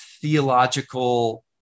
theological